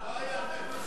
משפט.